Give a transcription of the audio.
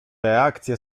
reakcje